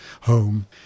home